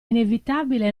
inevitabile